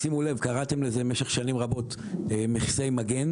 שימו לב, קראתם לזה במשך שנים רבות מכסי מגן.